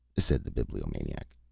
said the bibliomaniac.